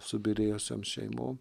subyrėjusiom šeimoms